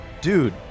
Dude